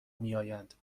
میآیند